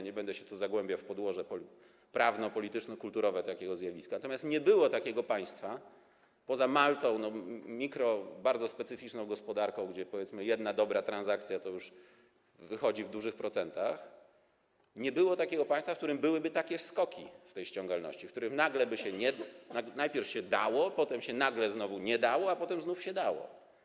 Nie będę się tu zagłębiał w podłoże prawno-polityczno-kulturowe takiego zjawiska, natomiast nie było takiego państwa poza Maltą, gdzie jest bardzo specyficzna mikrogospodarka, gdzie, powiedzmy, jedna dobra transakcja to już duże procenty, nie było takiego państwa, w którym byłyby takie skoki w tej ściągalności, w którym najpierw się dało, potem się nagle znowu nie dało, a potem znów się dało.